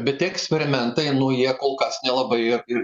bet tie eksperimentai nu jie kol kas nelabai ir ir